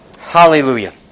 Hallelujah